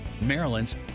Maryland's